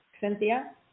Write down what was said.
Cynthia